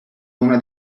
una